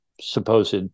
supposed